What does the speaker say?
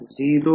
त्यामुळे ∅m 1